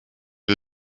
wir